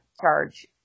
charge